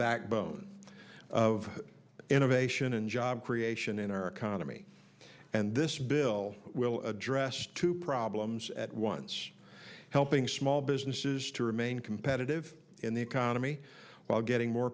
backbone of innovation and job creation in our economy and this bill will address two problems at once helping small businesses to remain competitive in the economy while getting more